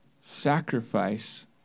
Sacrifice